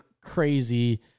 crazy